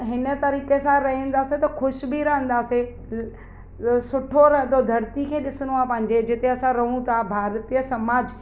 हिन तरीक़े सां रहींदासीं त ख़ुशि बि रहंदासीं ॿियो सुठो रहंदो धरती खे ॾिसिणो आहे पंहिंजे जिते असां रहूं था भार्तीय समाज